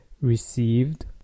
received